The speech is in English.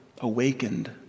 awakened